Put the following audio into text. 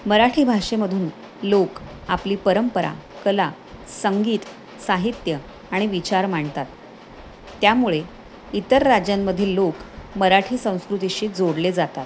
मराठी भाषेमधून लोक आपली परंपरा कला संगीत साहित्य आणि विचार मांडतात त्यामुळे इतर राज्यांमधील लोक मराठी संस्कृतीशी जोडले जातात